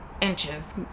inches